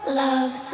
loves